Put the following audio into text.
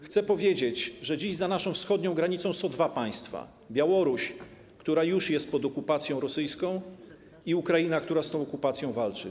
Chcę powiedzieć, że dziś za naszą wschodnią granicą są takie dwa państwa: Białoruś, która już jest pod okupacją rosyjską, i Ukraina, która z tą okupacją walczy.